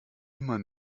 immer